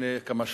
לפני כמה שבועות.